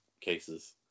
cases